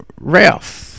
Ralph